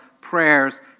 prayers